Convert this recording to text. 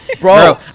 Bro